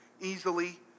easily